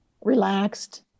relaxed